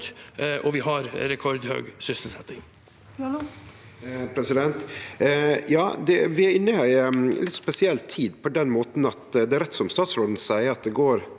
og vi har rekordhøy sysselsetting.